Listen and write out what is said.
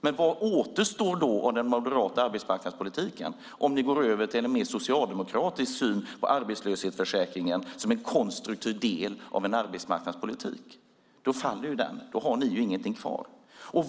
Men vad återstår av den moderata arbetsmarknadspolitiken om ni går över till en mer socialdemokratisk syn på arbetslöshetsförsäkringen som en konstruktiv del av en arbetsmarknadspolitik? Då faller er politik, och ni har inget kvar.